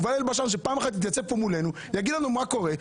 שפעם אחת יתייצבו מולנו ויגידו לנו מה קורה.